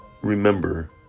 Remember